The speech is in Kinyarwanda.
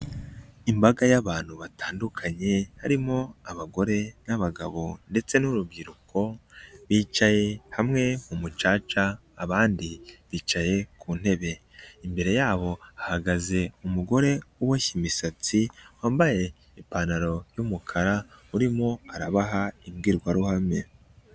Imbaga y'abantu batandukanye harimo abagore n'abagabo ndetse n'urubyiruko bicaye hamwe mu mucaca abandi bicaye ku ntebe, imbere yabo hahagaze umugore uboshye imisatsi wambaye ipantaro y'umukara urimo arabaha imbwirwaruhame.